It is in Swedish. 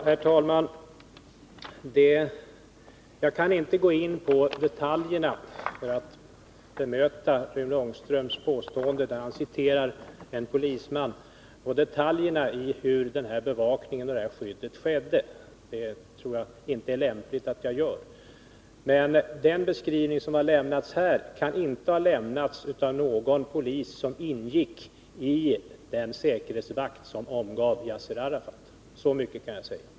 Herr talman! Jag kan inte gå in på detaljer för att bemöta Rune Ångströms påstående när han citerar en polisman eller detaljerna då det gäller hur bevakningen och skyddet skedde. Det tror jag inte är lämpligt att jag gör. Men den beskrivning som här har lämnats kan inte härröra från någon polis som ingick i den säkerhetsvakt som omgav Yasser Arafat. Så mycket kan jag säga.